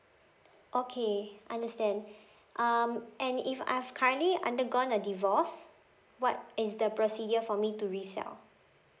okay understand um and if I've currently undergone a divorce what is the procedure for me to resell